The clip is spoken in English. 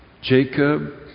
Jacob